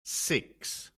six